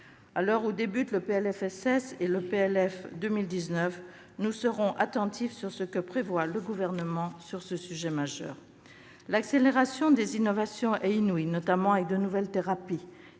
À l'heure où débute l'examen du PLFSS et du PLF 2019, nous serons attentifs sur ce que prévoit le Gouvernement sur ce sujet majeur. L'accélération des innovations est inouïe, notamment avec de nouvelles thérapies